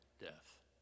death